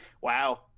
Wow